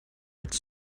its